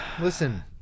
Listen